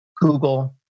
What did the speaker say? Google